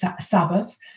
Sabbath